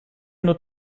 nur